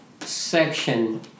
section